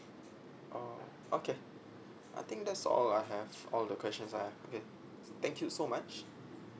oh okay I think that's all I have all the questions I have okay thank you so much